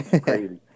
Crazy